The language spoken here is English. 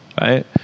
right